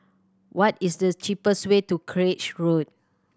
what is the cheapest way to Craig Road